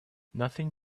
nothing